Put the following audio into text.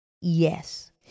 Yes